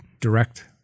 direct